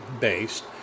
based